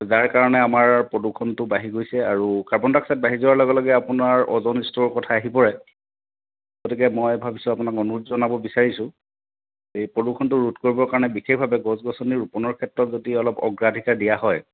যাৰ কাৰণে আমাৰ প্ৰদূষণটো বাঢ়ি গৈছে আৰু কাৰ্বন ডাই অক্সাইড বাঢ়ি যোৱাৰ লগে লগে আপোনাৰ অ'জ'ন স্তৰৰ কথা আহি পৰে গতিকে মই ভাবিছোঁ আপোনাক অনুৰোধ জনাব বিচাৰিছোঁ এই প্ৰদূষণটো ৰোধ কৰিবৰ কাৰণে বিশেষভাৱে গছ গছনি ৰোপনৰ ক্ষেত্ৰত যদি অলপ অগ্ৰাধিকাৰ দিয়া হয়